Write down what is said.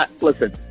Listen